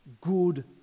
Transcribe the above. good